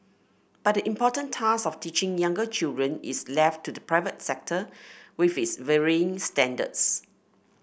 but the important task of teaching younger children is left to the private sector with its varying standards